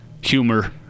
humor